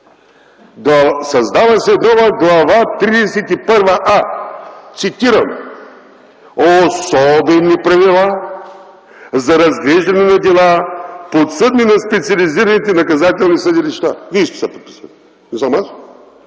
Създава се нова глава 31а. Цитирам: „Особени правила за разглеждане на дела, подсъдни на специализираните наказателни съдилища.” Вие сте се подписали, не съм аз.